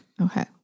Okay